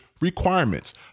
requirements